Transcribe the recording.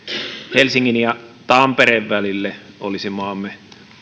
helsingin ja tampereen välille olisi maamme